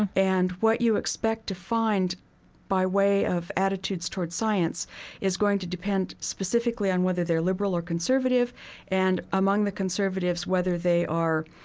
and what you expect to find by way of attitudes towards science is going to depend specifically on whether they're liberal or conservative and, among the conservatives, whether they are,